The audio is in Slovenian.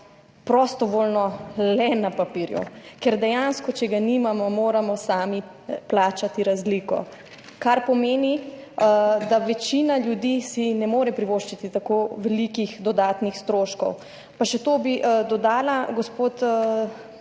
prostovoljno le na papirju. Ker dejansko, če ga nimamo, moramo sami plačati razliko, kar pomeni, da si večina ljudi ne more privoščiti tako velikih dodatnih stroškov. Pa še to bi dodala. Gospod